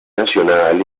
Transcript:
nacional